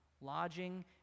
lodging